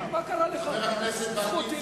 חבר הכנסת וקנין,